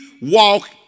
walk